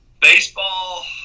baseball